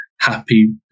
happy